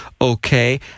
okay